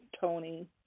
Tony